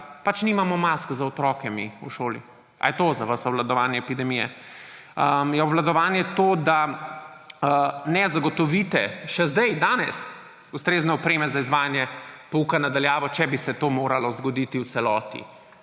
pač nimamo mask za otroke v šoli? Ali je to za vas obvladovanje epidemije? Je obvladovanje to, da še zdaj, danes ne zagotovite ustrezne opreme za izvajanje pouka na daljavo, če bi se to moralo zgoditi v celoti?